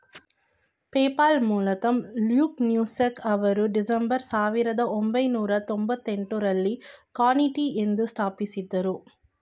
PayPal ಮೂಲತಃ Luke Nosek ಅವರು December ಸಾವಿರದ ಒಂಬೈನೂರ ತೊಂಭತ್ತೆಂಟು ರಲ್ಲಿ ಕಾನ್ಫಿನಿಟಿ ಎಂದು ಸ್ಥಾಪಿಸಿದ್ದ್ರು